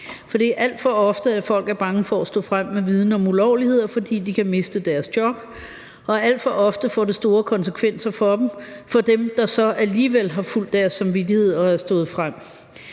For det er alt for ofte, at folk er bange for at stå frem med viden om ulovligheder, fordi de kan miste deres job, og alt for ofte får det store konsekvenser for dem, der så alligevel har fulgt deres samvittighed og er stået frem.